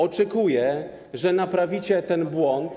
Oczekuję, że naprawicie ten błąd.